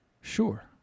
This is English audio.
Sure